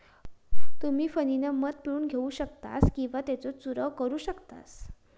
तुम्ही फणीनं मध पिळून घेऊ शकतास किंवा त्येचो चूरव करू शकतास